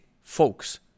folks